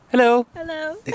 Hello